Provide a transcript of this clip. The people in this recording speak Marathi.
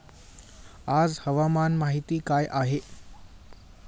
आज हवामान माहिती काय आहे?